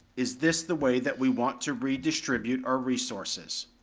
is this the way that we want to redistribute our resources?